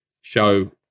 show